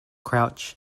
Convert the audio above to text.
crouch